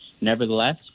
nevertheless